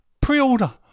Pre-order